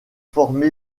formé